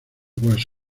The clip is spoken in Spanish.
wells